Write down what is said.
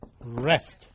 rest